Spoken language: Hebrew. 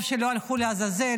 טוב שלא הלכו לעזאזל,